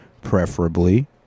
preferably